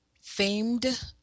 famed